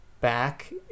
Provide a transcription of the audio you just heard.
back